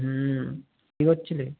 হুম কী করছিলি